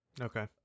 Okay